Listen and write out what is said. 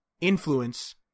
influence